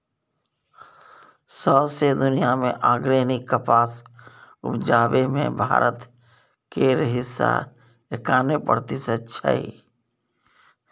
सौंसे दुनियाँ मे आर्गेनिक कपास उपजाबै मे भारत केर हिस्सा एकानबे प्रतिशत छै